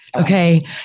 Okay